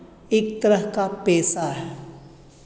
एक तरह का पेशा है